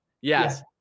Yes